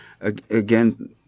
again